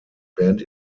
band